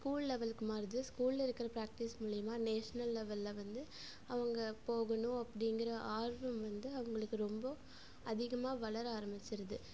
school லெவலுக்கு மாறுது ஸ்கூலில் இருக்கிற பிராக்டிஸ் மூலிமா நேஷ்னல் லெவலில் வந்து அவங்க போகணும் அப்டிங்கிற ஆர்வம் வந்து அவங்களுக்கு ரொம்ப அதிகமாக வளர ஆரம்பிச்சிடுது